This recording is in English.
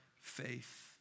faith